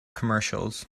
commercials